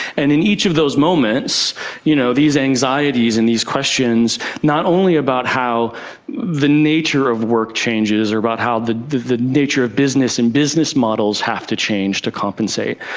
and in each of those moments you know these anxieties and these questions, not only about how the nature of work changes or about the the nature of business and business models have to change to compensate,